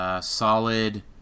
solid